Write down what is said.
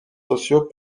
sociaux